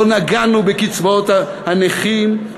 לא נגענו בקצבאות הנכים,